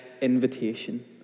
invitation